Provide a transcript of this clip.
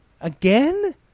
Again